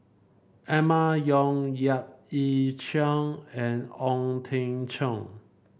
Emma Yong Yap Ee Chian and Ong Teng Cheong